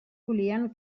volien